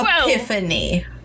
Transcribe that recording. Epiphany